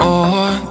More